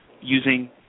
using